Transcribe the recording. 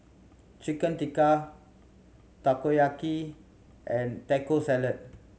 Chicken Tikka Takoyaki and Taco Salad